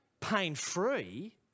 pain-free